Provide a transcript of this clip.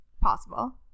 possible